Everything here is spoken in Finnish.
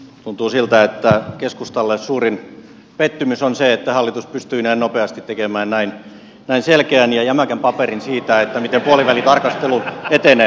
tuntuu siltä että keskustalle suurin pettymys on se että hallitus pystyi näin nopeasti tekemään näin selkeän ja jämäkän paperin siitä miten puolivälitarkastelu etenee